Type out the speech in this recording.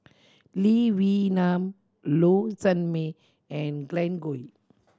Lee Wee Nam Low Sanmay and Glen Goei